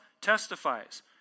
testifies